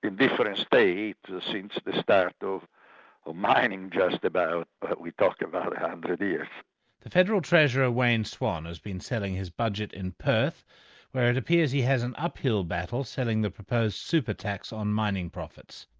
in different states, since the start of mining just about, but we talk about a hundred years. the federal treasurer, wayne swan, has been selling his budget in perth where it appears he has an uphill battle selling the proposed super tax on mining profits.